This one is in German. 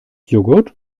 joghurt